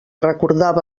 recordava